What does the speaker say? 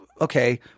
Okay